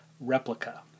Replica